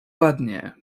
ładnie